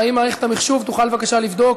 האם מערכת המחשוב תוכל בבקשה לבדוק?